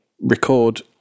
record